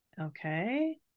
Okay